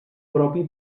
propi